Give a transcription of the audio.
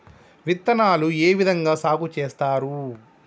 విత్తనాలు ఏ విధంగా సాగు చేస్తారు?